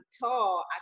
tall